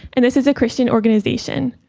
and this is a christian organization.